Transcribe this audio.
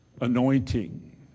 anointing